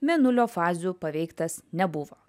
mėnulio fazių paveiktas nebuvo